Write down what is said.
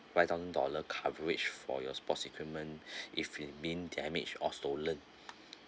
five thousand dollar coverage for your sports equipment if it'd been damaged or stolen